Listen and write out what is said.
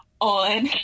on